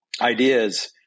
ideas